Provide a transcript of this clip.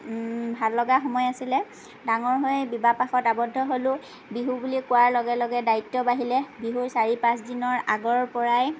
ভাল লগা সময় আছিলে ডাঙৰ হৈ বিবাহ পাশত আৱদ্ধ হ'লো বিহু বুলি কোৱাৰ লগে লগে দায়িত্ব বাঢ়িলে বিহুৰ চাৰি পাঁচ দিনৰ আগৰ পৰাই